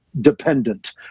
dependent